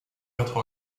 quatre